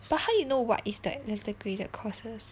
but how you know what is that letter graded courses